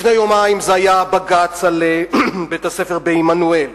לפני יומיים זה היה הבג"ץ על בית-הספר בעמנואל,